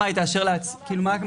היא תאשר לעצמה?